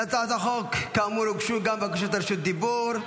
להצעת החוק, כאמור, הוגשו גם בקשות רשות דיבור.